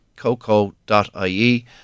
coco.ie